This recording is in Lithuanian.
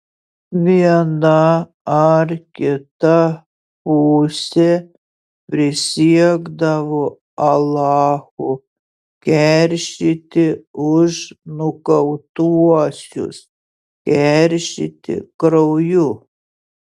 viena ar kita pusė prisiekdavo alachu keršyti už nukautuosius keršyti krauju